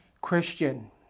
Christian